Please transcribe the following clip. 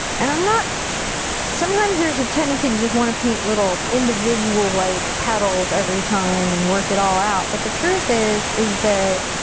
and i'm not sometimes there's a tendency to just want to paint little individual, like, petals every time and work it all out, but the truth is, is that